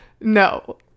no